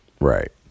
right